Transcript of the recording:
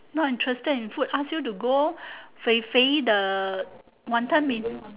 not interested in food ask you to go fei-fei the wanton-mee